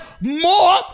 more